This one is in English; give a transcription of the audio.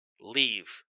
leave